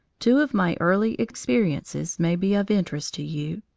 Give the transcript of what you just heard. two of my early experiences may be of interest to you.